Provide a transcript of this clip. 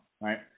right